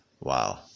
wow